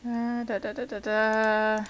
ah